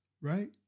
right